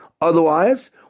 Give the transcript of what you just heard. Otherwise